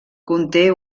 conté